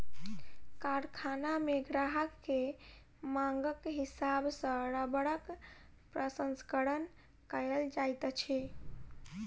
कारखाना मे ग्राहक के मांगक हिसाब सॅ रबड़क प्रसंस्करण कयल जाइत अछि